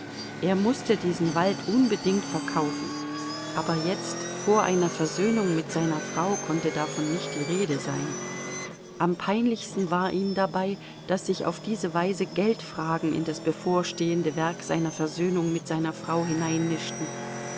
er mußte diesen wald unbedingt verkaufen aber jetzt vor einer versöhnung mit seiner frau konnte davon nicht die rede sein am peinlichsten war ihm dabei daß sich auf diese weise geldfragen in das bevorstehende werk seiner versöhnung mit seiner frau